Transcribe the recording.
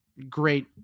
great